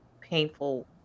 painful